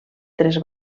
tres